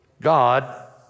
God